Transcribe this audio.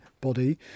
body